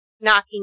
knocking